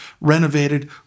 renovated